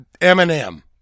Eminem